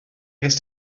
ges